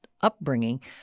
upbringing